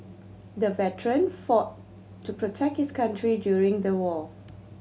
the veteran fought to protect his country during the war